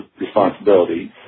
responsibility